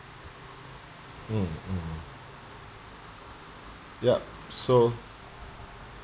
mm mmhmm ya so